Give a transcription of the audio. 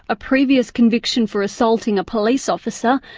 a previous conviction for assaulting a police officer,